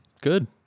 good